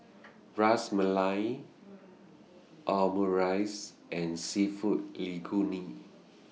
Ras Malai Omurice and Seafood